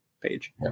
page